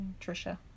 Trisha